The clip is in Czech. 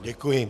Děkuji.